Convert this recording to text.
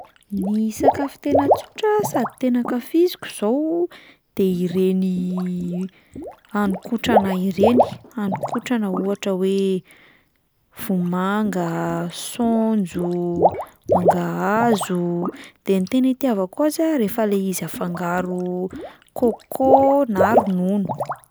Ny sakafo tena tsotra sady tena ankafiziko izao de ireny haninkotrana ireny, haninkotrana ohatra hoe: vomanga, saonjo, mangahazo, de ny tena itiavako azy a rehefa 'lay izy afangaro coco na ronono.